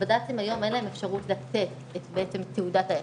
לבדצ"ים היום אין אפשרות לתת תעודת הכשר,